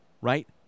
right